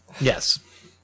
yes